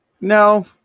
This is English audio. No